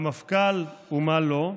המפכ"ל ומה לא: